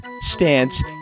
stance